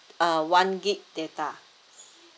uh one gig data